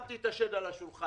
שמתי את השד על השולחן.